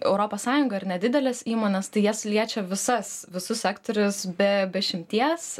europos sąjungą ir nedideles įmones tai jas liečia visas visus sektorius be be išimties